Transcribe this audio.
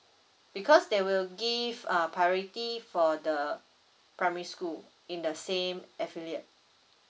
because they will give a priority for the primary school in the same affiliate